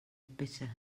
bitter